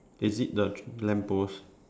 is it the lamp post